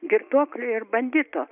girtuoklio ir bandito